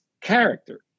character